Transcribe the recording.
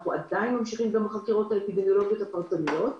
אנחנו עדיין ממשיכים גם בחקירות האפידמיולוגיות הפרטניות,